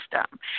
system